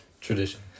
tradition